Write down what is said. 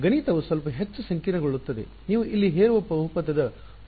ಗಣಿತವು ಸ್ವಲ್ಪ ಹೆಚ್ಚು ಸಂಕೀರ್ಣಗೊಳ್ಳುತ್ತದೆ ನೀವು ಇಲ್ಲಿ ಹೇರುವ ಬಹುಪದಗಳ ಉನ್ನತ ಕ್ರಮ ಸರಿ